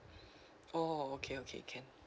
oh okay okay can